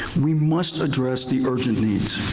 we must address the urgent needs,